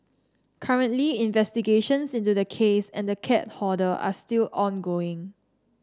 currently investigations into the case and the cat hoarder are still ongoing